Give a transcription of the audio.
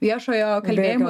viešojo kalbėjimo